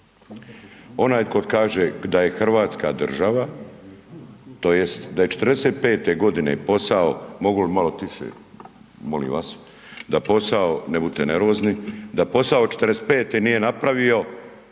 onaj ko kaže da je Hrvatska država tj. da je '45. godine posao, mogli bi malo tiše molim vas, ne budite nervozni, da posao '45. nije napravio